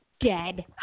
Dead